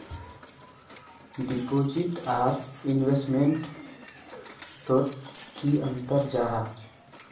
Deposit आर investment तोत की अंतर जाहा?